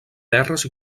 terres